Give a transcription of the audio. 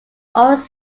always